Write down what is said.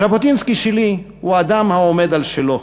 ז'בוטינסקי שלי הוא אדם העומד על שלו.